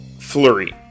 Flurry